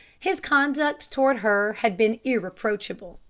his conduct toward her had been irreproachable.